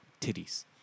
titties